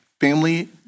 family